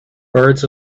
birds